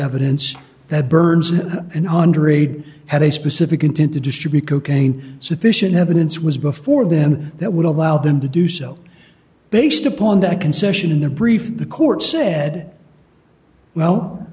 evidence that burns and underage had a specific intent to distribute cocaine sufficient evidence was before them that would allow them to do so based upon that concession in the brief the court said well